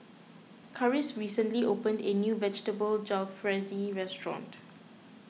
Karis recently opened a new Vegetable Jalfrezi restaurant